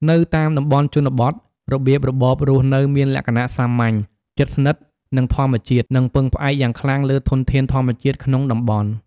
នៅតាមតំបន់ជនបទ របៀបរបបរស់នៅមានលក្ខណៈសាមញ្ញ ជិតស្និទ្ធនឹងធម្មជាតិ និងពឹងផ្អែកយ៉ាងខ្លាំងលើធនធានធម្មជាតិក្នុងតំបន់។